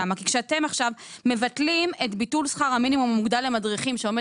כשאתם עכשיו מבטלים את שכר המינימום המוגדל למדריכים שעומד